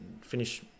finish